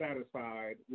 Satisfied